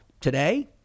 today—